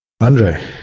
Andre